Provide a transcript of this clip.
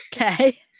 Okay